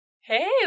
Hey